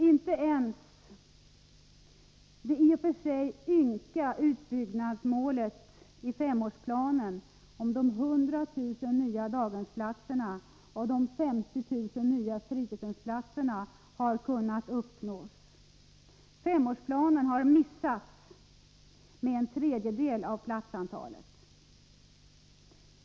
Inte ens det i och för sig ynka utbyggnadsmålet i femårsplanen om 100 000 nya daghemsplatser och 50 000 nya fritidshemsplatser har kunnat uppnås. Femårsplanen har ”missat” med en tredjedel av platsantalet.